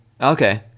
Okay